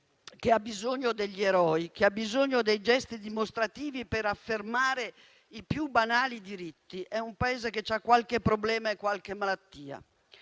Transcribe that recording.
che ha bisogno degli eroi, che ha bisogno dei gesti dimostrativi per affermare i più banali diritti è un Paese che ha qualche problema e qualche malattia.